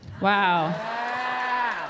Wow